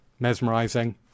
mesmerizing